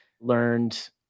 learned